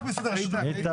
לא רק משרדי רשות מקומית.